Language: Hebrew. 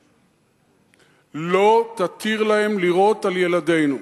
לא תתיר להם לירות על ילדינו.